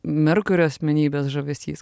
merkurio asmenybės žavesys